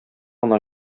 гына